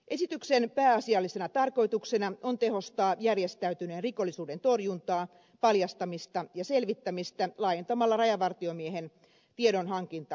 esityksen pääasiallisena tarkoituksena on tehostaa järjestäytyneen rikollisuuden torjuntaa paljastamista ja selvittämistä laajentamalla rajavartiomiehen tiedonhankintaoikeuksia